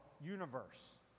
universe